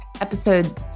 Episode